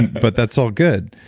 but that's all good.